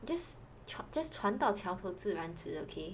this 船船到桥头自然直 okay